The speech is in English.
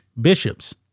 bishops